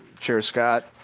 chair scott.